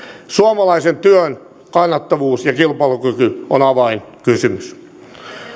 suomalaisen työn kannattavuus ja kilpailukyky on avainkysymys